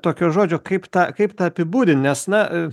tokio žodžio kaip tą kaip tą apibūdint nes na ef